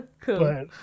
cool